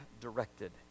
directed